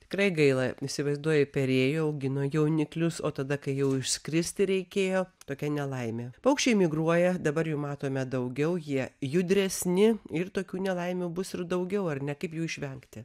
tikrai gaila įsivaizduoji perėjo augino jauniklius o tada kai jau išskristi reikėjo tokia nelaimė paukščiai migruoja dabar jų matome daugiau jie judresni ir tokių nelaimių bus ir daugiau ar ne kaip jų išvengti